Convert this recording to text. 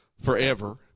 forever